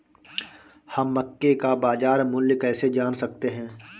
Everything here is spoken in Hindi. हम मक्के का बाजार मूल्य कैसे जान सकते हैं?